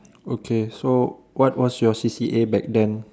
okay so what was your C_C_A back then